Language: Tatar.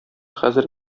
хәзер